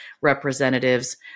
representatives